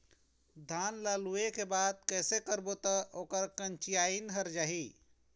धान ला लुए के बाद कइसे करबो त ओकर कंचीयायिन हर जाही?